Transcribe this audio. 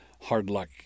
hard-luck